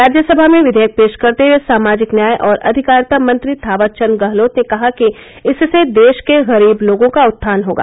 राज्यसभा में विधेयक पेश करते हुए सामाजिक न्याय और अधिकारिता मंत्री थावरचंद गहलोत ने कहा कि इससे देश के गरीब लोगों का उत्थान होगा